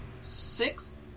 six